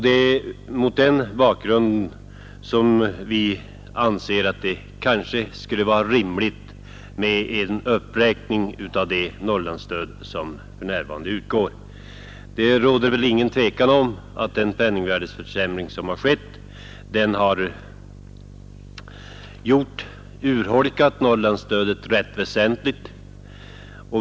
Det är mot den bakgrunden som vi ansett att det skulle vara rimligt med en uppräkning av det Norrlandsstöd som för närvarande utgår. Det råder ingen tvekan om att den penningsvärde Nr 53 försämring som skett urholkat Norrlandsstödet rätt väsentligt.